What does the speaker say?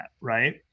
right